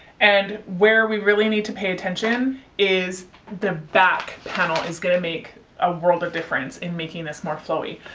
and where we really need to pay attention is the back panel is going to make a world of difference in making this more flowy.